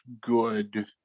good